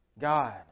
God